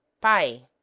by